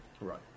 Right